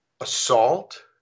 assault